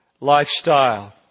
lifestyle